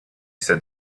said